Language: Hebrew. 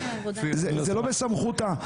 זה לא בסמכותה.